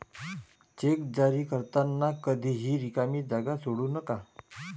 check जारी करताना कधीही रिकामी जागा सोडू नका